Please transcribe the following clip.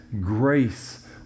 grace